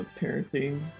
parenting